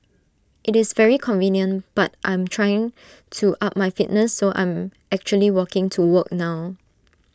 IT is very convenient but I'm trying to up my fitness so I'm actually walking to work now